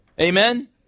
Amen